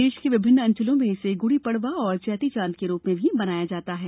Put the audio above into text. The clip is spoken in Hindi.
देश के विभिन्न अंचलों में इसे गुड़ी पड़वा और चैती चॉद के रूप में भी मनाया जाता है